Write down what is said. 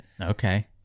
Okay